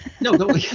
no